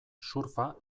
surfa